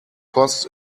costs